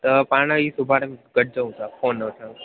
त पाणे ई सुभाणे गॾिजऊं ता फोन वठणु